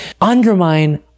undermine